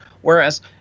Whereas